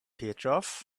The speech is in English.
petrov